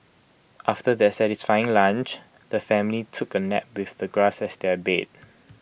after their satisfying lunch the family took A nap with the grass as their bed